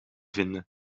vinden